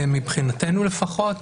מבחינתנו לפחות,